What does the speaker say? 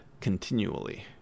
continually